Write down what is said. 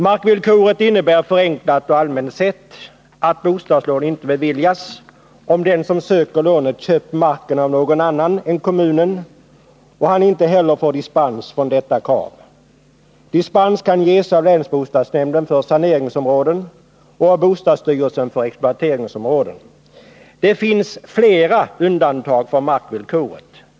Markvillkoret innebär förenklat och allmänt sett att bostadslån inte beviljas, om den som söker lånet köpt marken av någon annan än kommunen och han inte heller får dispens från det kravet. Dispens kan ges av länsbostadsnämnden för saneringsområden och av bostadsstyrelsen för exploateringsområden. Det finns flera undantag från markvillkoret.